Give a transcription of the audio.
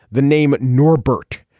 the name norbert.